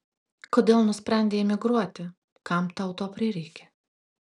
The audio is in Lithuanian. kodėl nusprendei emigruoti kam tau to prireikė